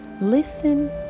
listen